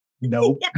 Nope